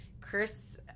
Chris